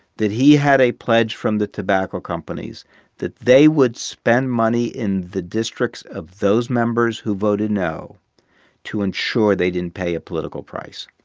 that he had a pledge from the tobacco companies that they would spend money in the districts of those members who voted no to ensure they didn't pay a political price